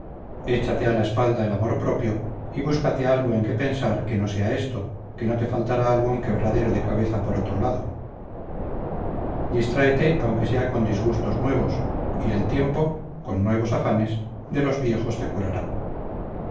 échate a la espalda el amor propio y búscate algo en que pensar que no sea esto que no te faltará algún quebradero de cabeza por otro lado distráete aunque sea con disgustos nuevos y el tiempo con nuevos afanes de los viejos te curará